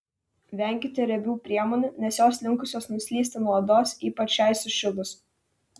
venkite riebių priemonių nes jos linkusios nuslysti nuo odos ypač šiai sušilus